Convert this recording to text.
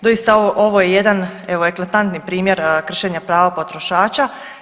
Doista ovo je jedan evo eklatantni primjer kršenja prava potrošača.